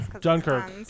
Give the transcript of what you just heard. Dunkirk